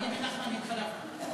אני ונחמן התחלפנו.